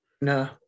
No